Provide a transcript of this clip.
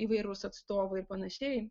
įvairūs atstovai ir panašiai